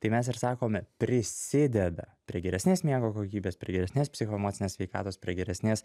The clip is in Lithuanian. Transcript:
tai mes ir sakome prisideda prie geresnės miego kokybės prie geresnės psichoemocinės sveikatos prie geresnės